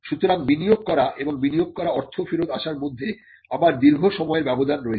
সুতরাং বিনিয়োগ করা এবং বিনিয়োগ করা অর্থ ফেরত আসার মধ্যে আবার দীর্ঘ সময়ের ব্যবধান রয়েছে